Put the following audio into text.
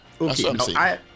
Okay